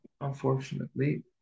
Unfortunately